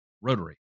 rotary